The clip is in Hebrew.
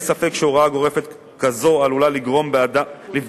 אין ספק שהוראה גורפת כזו עלולה לפגוע באדם,